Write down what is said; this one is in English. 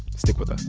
stick with